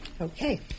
Okay